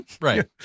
Right